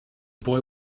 boy